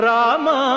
Rama